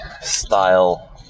style